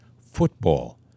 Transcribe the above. football